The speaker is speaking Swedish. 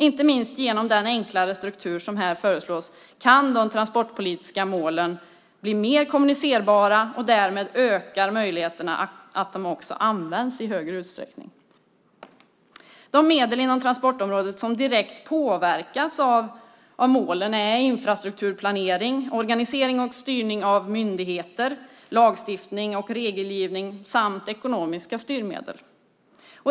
Inte minst genom den enklare struktur som här föreslås kan de transportpolitiska målen bli mer kommunicerbara. Därmed ökar möjligheten att de används i högre utsträckning. De medel inom transportområdet som direkt påverkas av målen är infrastrukturplanering, organisering och styrning av myndigheter, lagstiftning och regelgivning samt ekonomiska styrmedel.